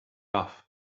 off